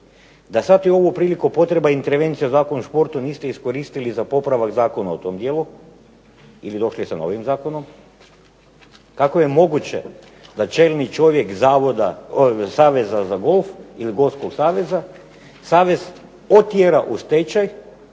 da sad i u ovu priliku potreba intervencije u Zakon o športu niste iskoristili za popravak zakona o tom dijelu, ili došli sa novim zakonom, kako je moguće da čelni čovjek Saveza za golf ili golfskog saveza savez otjera u stečaj